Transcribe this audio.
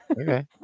Okay